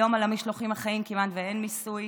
היום על המשלוחים החיים כמעט אין מיסוי,